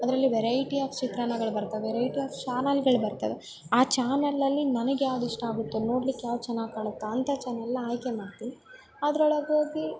ಅದರಲ್ಲಿ variety of ಚಿತ್ರಾನ್ನಗಳು ಬರ್ತವೆ ವೆರೈಟಿ ಆಫ್ ಚಾನಲ್ಗಳು ಬರ್ತವೆ ಆ ಚಾನಲಲ್ಲಿ ನನಗೆ ಯಾವುದು ಇಷ್ಟ ಆಗುತ್ತೋ ನೋಡಲಿಕ್ಕೆ ಯಾವುದು ಚೆನ್ನಾಗ್ ಕಾಣುತ್ತೊ ಅಂಥ ಚಾನಲ್ನ ಆಯ್ಕೆ ಮಾಡ್ತಿನಿ ಅದ್ರೊಳಗೋಗಿ